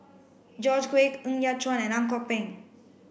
George Quek Ng Yat Chuan and Ang Kok Peng